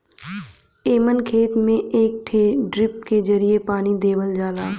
एमन खेत में एक ठे ड्रिप के जरिये पानी देवल जाला